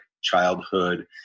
childhood